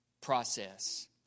process